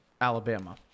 Alabama